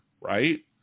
right